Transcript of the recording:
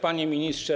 Panie Ministrze!